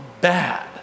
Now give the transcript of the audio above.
bad